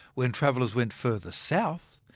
when travellers went further south,